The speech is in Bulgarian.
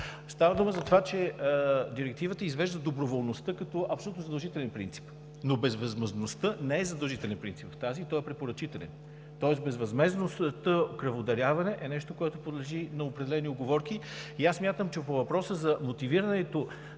Става дума за това, че Директивата извежда доброволността като абсолютно задължителен принцип, но безвъзмездността не е задължителен принцип, той е препоръчителен. Тоест безвъзмездното кръводаряване е нещо, което подлежи на определени уговорки, и аз смятам, че по въпроса за мотивирането